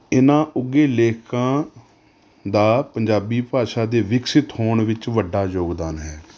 ਇਹਨਾਂ ਉੱਘੇ ਲੇਖਕਾਂ ਦਾ ਪੰਜਾਬੀ ਭਾਸ਼ਾ ਦੇ ਵਿਕਸਿਤ ਹੋਣ ਵਿੱਚ ਵੱਡਾ ਯੋਗਦਾਨ ਹੈ